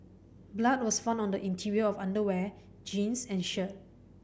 blood was found on the interior of underwear jeans and shirt